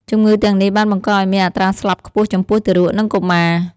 ជំងឺទាំងនេះបានបង្កឱ្យមានអត្រាស្លាប់ខ្ពស់ចំពោះទារក និងកុមារ។